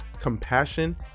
compassion